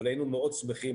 אבל היינו מאוד שמחים,